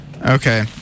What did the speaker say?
Okay